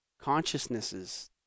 consciousnesses